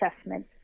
assessment